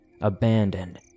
abandoned